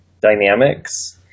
dynamics